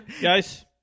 Guys